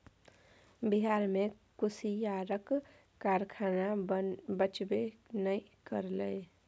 बिहार मे कुसियारक कारखाना बचबे नै करलै